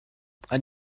ein